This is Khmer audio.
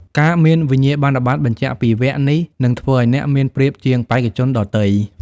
ការមានវិញ្ញាបនបត្របញ្ជាក់ពីវគ្គនេះនឹងធ្វើឱ្យអ្នកមានប្រៀបជាងបេក្ខជនដទៃ។